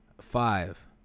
five